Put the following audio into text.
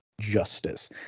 justice